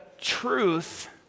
truth